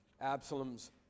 Absalom's